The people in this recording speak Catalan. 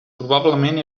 probablement